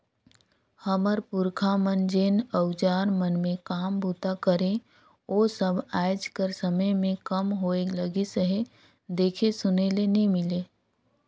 हमर पुरखा मन जेन अउजार मन मे काम बूता करे ओ सब आएज कर समे मे कम होए लगिस अहे, देखे सुने ले नी मिले